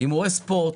הימורי ספורט,